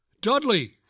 Dudley